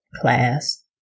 class